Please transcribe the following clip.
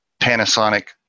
Panasonic